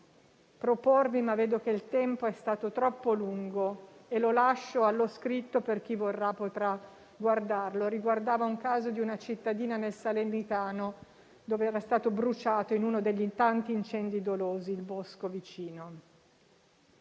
proporvi, ma vedo che il tempo è stato troppo lungo e lo lascio allo scritto per chi vorrà leggerlo: riguardava il caso di una cittadina nel Salernitano, dove era stato bruciato, in uno dei tanti incendi dolosi, il bosco vicino.